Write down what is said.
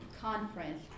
conference